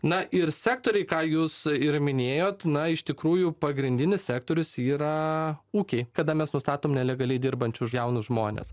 na ir sektoriai ką jūs ir minėjot na iš tikrųjų pagrindinis sektorius yra ūkiai kada mes nustatom nelegaliai dirbančius jaunus žmones